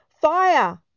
Fire